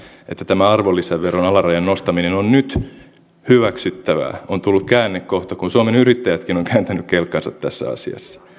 tämä arvonlisäveron alarajan nostaminen on nyt hyväksyttävää on tullut käännekohta kun suomen yrittäjätkin on on kääntänyt kelkkansa tässä asiassa